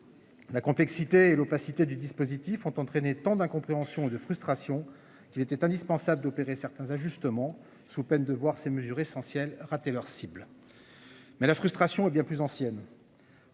La complexité et l'opacité du dispositif ont entraîné tant d'incompréhension de frustration qu'il était indispensable d'opérer certains ajustements sous peine de voir ces mesures essentielles raté leur cible. Mais la frustration est bien plus ancienne.